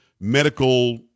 medical